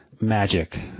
Magic